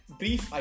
brief